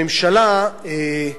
הממשלה, טוב,